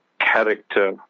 character